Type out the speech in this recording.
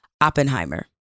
Oppenheimer